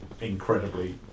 incredibly